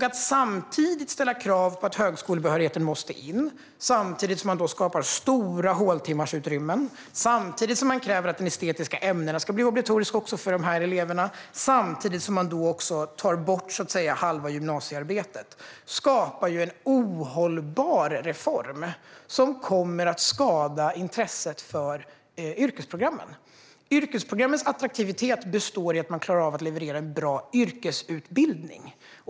Att ställa krav på att högskolebehörigheten måste in samtidigt som man skapar stora håltimmesutrymmen, samtidigt som man kräver att de estetiska ämnena ska bli obligatoriska även för de här eleverna och samtidigt som man tar bort halva gymnasiearbetet skapar en ohållbar reform som kommer att skada intresset för yrkesprogrammen. Yrkesprogrammens attraktivitet består i att man klarar av att leverera en bra yrkesutbildning.